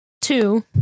two